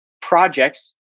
projects